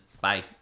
Bye